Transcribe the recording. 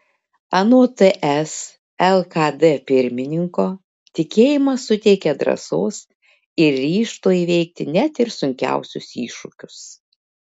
anot ts lkd pirmininko tikėjimas suteikia drąsos ir ryžto įveikti net ir sunkiausius iššūkius